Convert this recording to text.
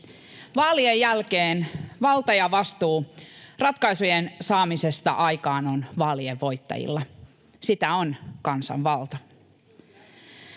Vaalien jälkeen valta ja vastuu ratkaisujen aikaansaamisesta on vaalien voittajilla. Sitä on kansanvalta.